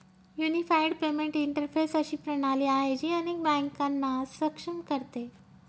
unified payment interface अशी प्रणाली आहे, जी अनेक बँकांना सक्षम करते